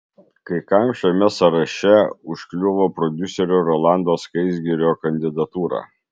kai kam šiame sąraše užkliuvo prodiuserio rolando skaisgirio kandidatūra